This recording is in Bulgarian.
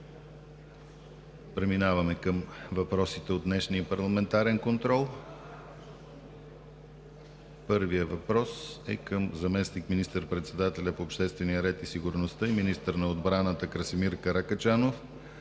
Първият въпрос от днешния парламентарен контрол е към заместник министър-председателя по обществения ред и сигурността и министър на отбраната Красимир Каракачанов